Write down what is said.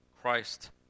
Christ